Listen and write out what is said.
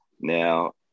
Now